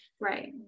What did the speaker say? Right